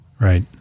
Right